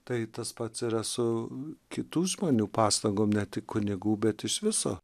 tai tas pats yra su kitų žmonių pastangom ne tik kunigų bet iš viso